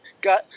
got